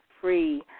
free